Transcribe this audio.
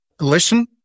Listen